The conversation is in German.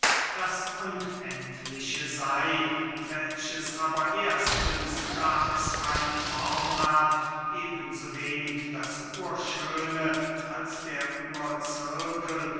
das unendliche sey welches aber erstens da es keine form hat eben so wenig das urschöne als der urzirkel